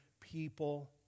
people